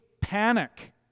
panic